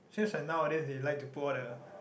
just like nowadays they like to put all the